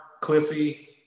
Cliffy